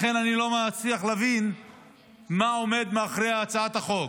לכן אני לא מצליח להבין מה עומד מאחורי הצעת החוק.